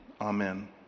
Amen